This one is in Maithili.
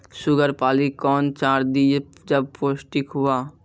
शुगर पाली कौन चार दिय जब पोस्टिक हुआ?